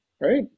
right